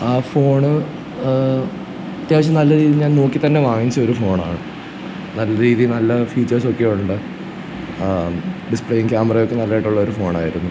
ആ ഫോണ് അത്യാവശ്യം നല്ല രീതിയിൽ ഞാൻ നോക്കി തന്നെ വാങ്ങിച്ച ഒരു ഫോണാണ് നല്ല രീതിയിൽ നല്ല ഫീച്ചേഴ്സൊക്കെയുണ്ട് ഡിസ്പ്ളേയും കേമറയൊക്കെ നല്ലതായിട്ടുള്ളൊരു ഫോണായിരുന്നു